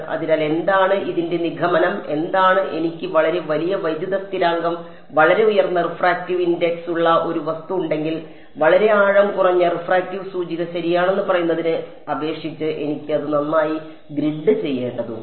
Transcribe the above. അതിനാൽ എന്താണ് ഇതിന്റെ നിഗമനം എന്താണ് എനിക്ക് വളരെ വലിയ വൈദ്യുത സ്ഥിരാങ്കം വളരെ ഉയർന്ന റിഫ്രാക്റ്റീവ് ഇൻഡക്സ് ഉള്ള ഒരു വസ്തു ഉണ്ടെങ്കിൽ വളരെ ആഴം കുറഞ്ഞ റിഫ്രാക്റ്റീവ് സൂചിക ശരിയാണെന്ന് പറയുന്നതിന് അപേക്ഷിച്ച് എനിക്ക് അത് നന്നായി ഗ്രിഡ് ചെയ്യേണ്ടതുണ്ട്